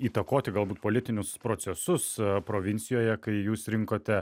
įtakoti galbūt politinius procesus provincijoje kai jūs rinkote